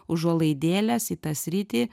užuolaidėles į tą sritį